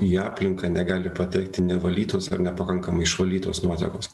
į aplinką negali patekti nevalytos ar nepakankamai išvalytos nuotekos